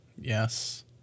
Yes